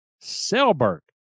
Selberg